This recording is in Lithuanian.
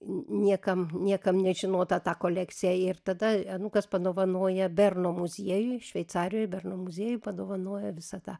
niekam niekam nežinotą tą kolekciją ir tada anūkas padovanoja berno muziejui šveicarijoj berno muziejui padovanoja visą tą